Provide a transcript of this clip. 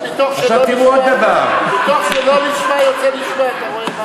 מתוך שלא לשמה בא לשמה, אתה רואה מה זה?